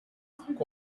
covered